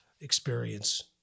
experience